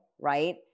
right